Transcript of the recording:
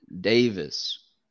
Davis